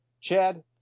Chad